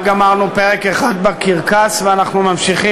רק גמרנו פרק אחד בקרקס ואנחנו ממשיכים